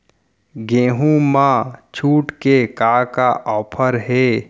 गेहूँ मा छूट के का का ऑफ़र हे?